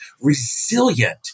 resilient